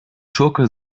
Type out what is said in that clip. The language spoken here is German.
schurke